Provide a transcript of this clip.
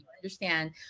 understand